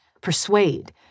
persuade